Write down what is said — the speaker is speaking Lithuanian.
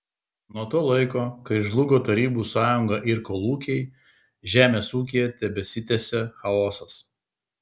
nuo to laiko kai žlugo tarybų sąjunga ir kolūkiai žemės ūkyje tebesitęsia chaosas